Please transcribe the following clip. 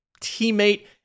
teammate